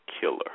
Killer